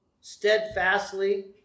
steadfastly